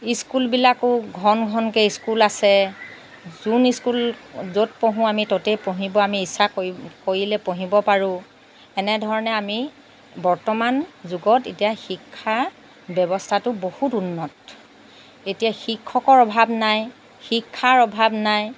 স্কুলবিলাকো ঘন ঘনকে স্কুল আছে যোন স্কুল য'ত পঢ়োঁ আমি ত'তেই পঢ়িব আমি ইচ্ছা কৰি কৰিলে পঢ়িব পাৰোঁ এনেধৰণে আমি বৰ্তমান যুগত এতিয়া শিক্ষা ব্যৱস্থাটো বহুত উন্নত এতিয়া শিক্ষকৰ অভাৱ নাই শিক্ষাৰ অভাৱ নাই